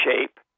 shape